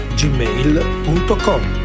gmail.com